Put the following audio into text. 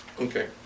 Okay